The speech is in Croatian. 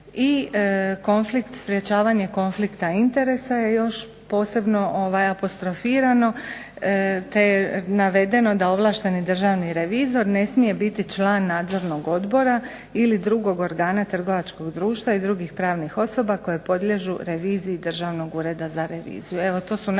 sprječavanje konflikta interesa je još posebno apostrofirano, te je navedeno da ovlašteni državni revizor ne smije biti član nadzornog odbora ili drugog organa trgovačkog društva i drugih pravnih osoba koje podliježu reviziji Državnog ureda za reviziju.